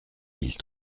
mille